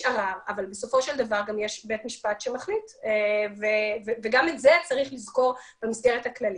בסופו של דבר בית משפט מחליט וגם את זה צריך לזכור במסגרת הכללית.